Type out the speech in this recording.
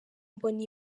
mbona